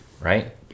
right